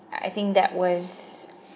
I think that was